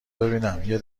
ببینم، یه